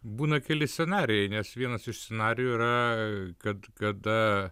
būna keli scenarijai nes vienas iš scenarijų yra kad kada